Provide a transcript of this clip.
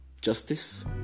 justice